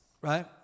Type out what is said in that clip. Right